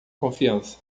confiança